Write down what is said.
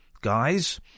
guys